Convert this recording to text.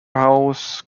house